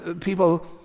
People